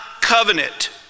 covenant